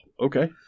Okay